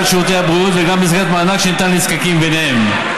שירותי הבריאות וגם במסגרת מענק שניתן לנזקקים מהם.